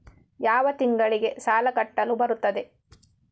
ಯಾವ ತಿಂಗಳಿಗೆ ಸಾಲ ಕಟ್ಟಲು ಬರುತ್ತದೆ?